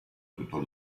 tutto